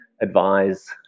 advise